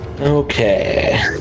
Okay